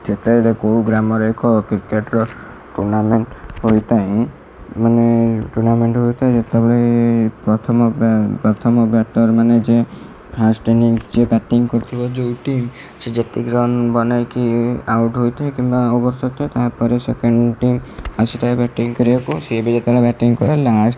ଯେତେବେଳେ କଉ ଗ୍ରାମରେ ଏକ କ୍ରିକେଟ୍ର ଟୁର୍ନାମେଣ୍ଟ ହୋଇଥାଏ ମାନେ ଟୁର୍ନାମେଣ୍ଟ ହୋଇଥାଏ ଯେତେବେଳେ ପ୍ରଥମ ବ୍ୟାଟ୍ର ମାନେ ଯିଏ ଫାର୍ଷ୍ଟ ଟାଇମ୍ ଯିଏ ବ୍ୟାଟିଙ୍ଗ୍ କରୁଥିଲେ ଯଉ ଟିମ୍ ସେ ଯେତିକି ରନ୍ ବନେଇକି ଆଉଟ୍ ହୋଇଥାଏ କିମ୍ବା ଓଭର୍ ସରିଥାଏ ତା'ପରେ ସେକଣ୍ଡ ଟିମ୍ ଆସିଥାଏ ବ୍ୟାଟିଙ୍ଗ୍ କରିବାକୁ ସିଏ ବି ଯେତେବେଳେ ବ୍ୟାଟିଙ୍ଗ୍ କରେ ଲାଷ୍ଟ୍